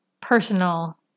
personal